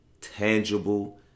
tangible